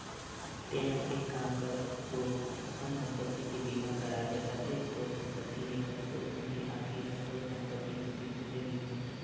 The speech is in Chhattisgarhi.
तेंहा एक काम कर गो अपन संपत्ति के बीमा करा ले अतेक तोर संपत्ति हे कतको झन के आंखी ह तोर संपत्ति कोती झुले रहिथे